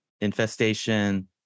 infestation